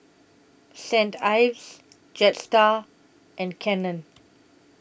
Saint Ives Jetstar and Canon